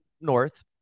North